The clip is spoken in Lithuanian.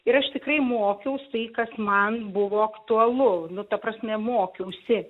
ir aš tikrai mokiausi kas man buvo aktualu ne ta prasme mokiausi